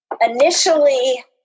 initially